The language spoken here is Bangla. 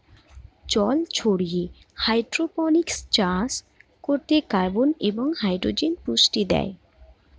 জল ছাড়িয়ে হাইড্রোপনিক্স চাষ করতে কার্বন এবং হাইড্রোজেন পুষ্টি দেয়